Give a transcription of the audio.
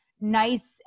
nice